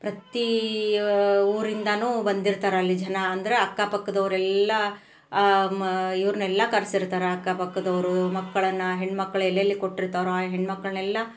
ಪ್ರತೀ ಊರಿಂದನು ಬಂದಿರ್ತಾರೆ ಅಲ್ಲಿ ಜನ ಅಂದ್ರೆ ಅಕ್ಕಪಕ್ಕದವರೆಲ್ಲ ಮ ಇವ್ರನ್ನೆಲ್ಲ ಕರ್ಸಿರ್ತಾರೆ ಅಕ್ಕಪಕ್ಕದವರು ಮಕ್ಕಳನ್ನು ಹೆಣ್ಮಕ್ಳು ಎಲ್ಲೆಲ್ಲಿ ಕೊಟ್ಟಿರ್ತಾರೊ ಆ ಹೆಣ್ಮಕ್ಕಳನೆಲ್ಲ